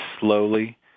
slowly